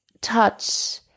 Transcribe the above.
touch